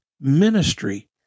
ministry